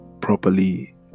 properly